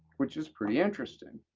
which is pretty interesting,